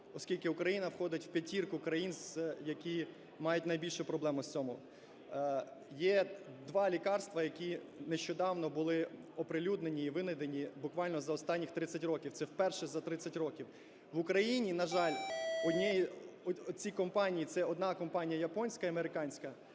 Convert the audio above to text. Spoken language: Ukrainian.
оскільки Україна входить в п'ятірку країн, які мають найбільше проблем ось в цьому. Є два лекарства, які нещодавно були оприлюднені і винайдені буквально за останніх 30 років. Це вперше за 30 років. В Україні, на жаль, оці компанії – це одна компанія японська і американська